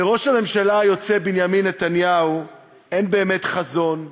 לראש הממשלה היוצא בנימין נתניהו אין באמת חזון,